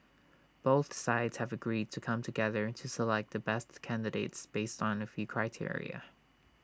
both sides have agreed to come together to select the best candidates based on A few criteria